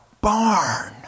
barn